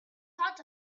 thought